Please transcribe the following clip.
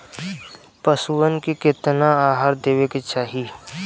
पशुअन के केतना आहार देवे के चाही?